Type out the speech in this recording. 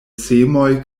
semoj